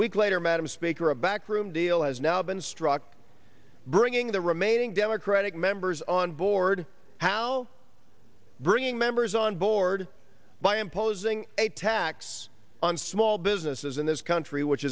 week later madam speaker a backroom deal has now been struck bringing the remaining democratic members on board how bringing members on board by imposing a tax on small businesses in this country which